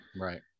right